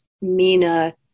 Mina